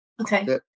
Okay